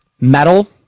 metal